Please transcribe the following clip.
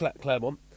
Claremont